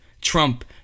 Trump